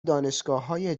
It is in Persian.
دانشگاههای